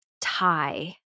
tie